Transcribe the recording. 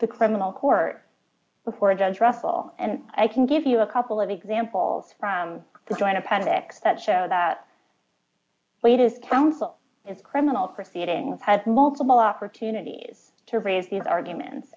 the criminal court before a judge russell and i can give you a couple of examples from the joint appendix that show that latest counsel is criminal proceedings has multiple opportunities to raise these arguments